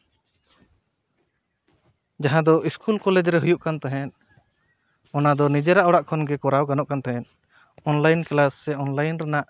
ᱡᱟᱦᱟᱸ ᱫᱚ school college ᱨᱮ ᱦᱩᱭᱩᱜ ᱠᱟᱱ ᱛᱟᱦᱮᱸᱫ ᱚᱱᱟᱫᱚ ᱱᱤᱡᱮᱨᱟᱜ ᱚᱲᱟᱜ ᱠᱷᱚᱱᱜᱮ ᱠᱚᱨᱟᱣ ᱜᱟᱱᱚᱜ ᱠᱟᱱ ᱛᱟᱦᱮᱸᱫ ᱚᱱᱞᱟᱭᱤᱱ ᱠᱞᱟᱥ ᱥᱮ ᱚᱱᱞᱟᱭᱤᱱ ᱨᱮᱱᱟᱜ